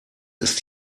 ist